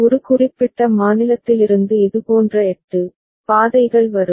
ஒரு குறிப்பிட்ட மாநிலத்திலிருந்து இதுபோன்ற 8 பாதைகள் வரும்